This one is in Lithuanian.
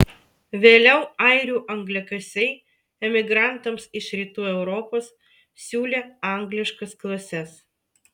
vėliau airių angliakasiai emigrantams iš rytų europos siūlė angliškas klases